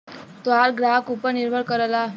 तोहार ग्राहक ऊपर निर्भर करला